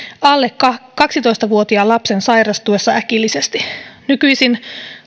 alle kaksitoista vuotiaan lapsen sairastuessa äkillisesti nykyisin